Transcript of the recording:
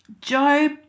Job